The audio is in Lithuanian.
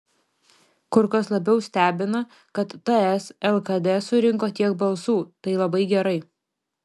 kur kas labiau stebina kad ts lkd surinko tiek balsų tai labai gerai